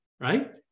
right